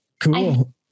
Cool